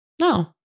No